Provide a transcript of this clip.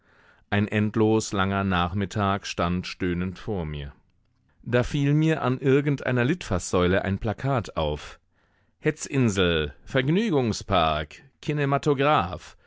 ein endlos langer nachmittag stand stöhnend vor mir da fiel mir an irgend einer litfaßsäule ein plakat auf hetzinsel vergnügungspark